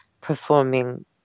performing